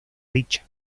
dicha